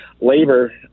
labor